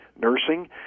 nursing